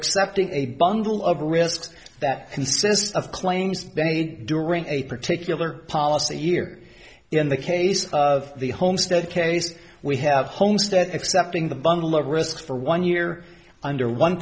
accepting a bundle of risks that consists of claims baby during a particular policy year in the case of the homestead case we have homestead accepting the bundle of risk for one year under one